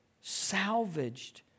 salvaged